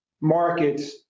markets